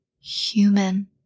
human